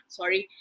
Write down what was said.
sorry